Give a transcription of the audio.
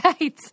Right